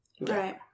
Right